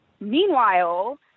meanwhile